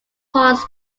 ponds